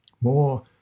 more